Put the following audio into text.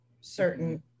certain